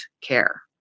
care